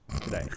today